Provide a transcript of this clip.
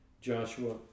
Joshua